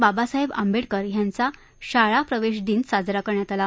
बाबासाहेब आंबेडकर यांचा शाळा प्रवेश दिन साजरा करण्यात आला